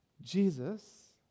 Jesus